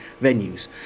venues